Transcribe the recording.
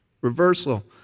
reversal